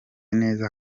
neza